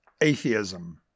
Atheism